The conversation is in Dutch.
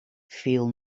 viel